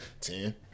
Ten